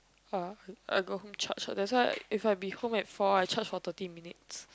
uh I go home charge ah that's why if I be home at four I charge for thirty minutes